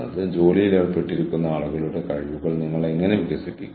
അവർ നമുക്കുവേണ്ടി ചെയ്യുന്ന ഓരോ ചെറിയ കാര്യത്തിനും ഞങ്ങളോട് പണം ഈടാക്കുന്നു